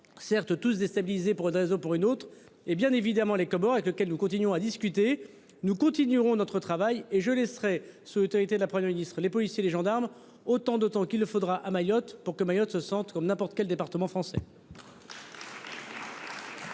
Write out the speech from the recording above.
certes tous déstabilisé pour de réseau pour une autre et bien évidemment les Comores avec lequel nous continuons à discuter. Nous continuerons notre travail et je laisserai ce actualité la Premier Ministre les policiers, les gendarmes autant d'autant qu'il le faudra à Mayotte pour que Mayotte se sentent comme n'importe quel département français.